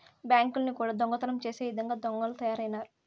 బ్యాంకుల్ని కూడా దొంగతనం చేసే ఇదంగా దొంగలు తయారైనారు